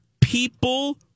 People